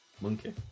monkey